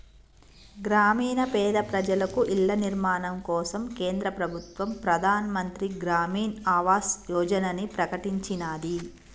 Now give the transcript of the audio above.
గ్రామీణ పేద ప్రజలకు ఇళ్ల నిర్మాణం కోసం కేంద్ర ప్రభుత్వం ప్రధాన్ మంత్రి గ్రామీన్ ఆవాస్ యోజనని ప్రకటించినాది